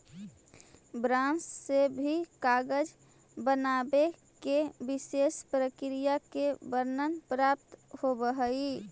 बाँस से भी कागज बनावे के विशेष प्रक्रिया के वर्णन प्राप्त होवऽ हई